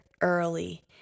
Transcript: early